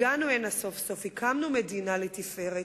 הגענו הנה סוף-סוף, הקמנו מדינה לתפארת.